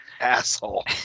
asshole